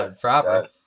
proper